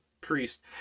priest